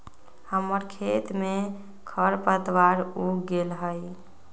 हमर खेत में खरपतवार उग गेल हई